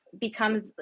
becomes